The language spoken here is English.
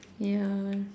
ya